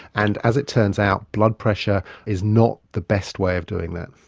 and, as it turns out, blood pressure is not the best way of doing that.